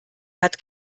hat